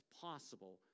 possible